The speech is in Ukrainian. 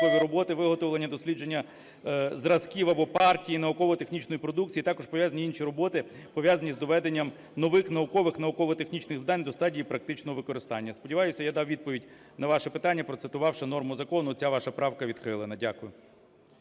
виготовлення дослідних зразків або партії науково-технічної продукції, а також інші роботи, пов'язані з доведенням нових наукових, науково-технічних знань до стадії практичного використання". Сподіваюся, в дав відповідь на ваше питання, процитувавши норму закону. Ця ваша правка відхилена. Дякую.